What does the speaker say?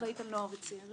אחראית על נוער וצעירים.